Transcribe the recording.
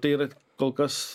tai yra kol kas